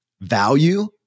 value